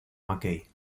mckay